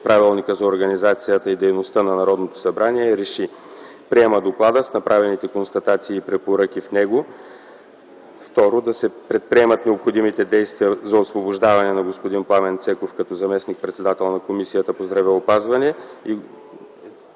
Правилника за организацията и дейността на Народното събрание РЕШИ: 1. Приема доклада с направените констатации и препоръки в него. 2. Да се предприемат необходимите действия за освобождаване на господин Пламен Цеков като заместник-председател на Комисията по здравеопазването